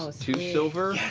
two silver,